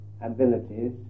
abilities